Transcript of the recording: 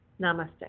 Namaste